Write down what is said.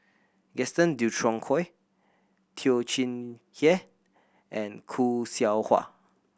Gaston Dutronquoy Teo Chee Hean and Khoo Seow Hwa